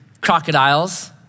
crocodiles